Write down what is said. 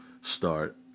start